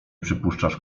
przypuszczasz